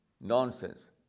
nonsense